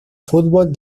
fútbol